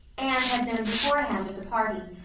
anne had known beforehand of the party,